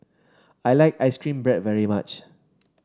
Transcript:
I like ice cream bread very much